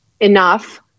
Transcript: enough